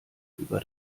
über